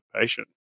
patient